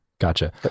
Gotcha